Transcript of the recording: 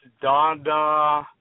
Dada